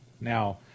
Now